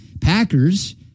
Packers